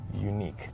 unique